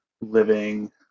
living